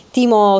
timo